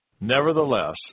Nevertheless